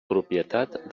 propietat